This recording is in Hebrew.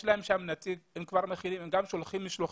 יש להם שם נציג והם גם שולחים משלוחים.